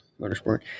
Motorsport